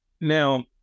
now